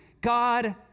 God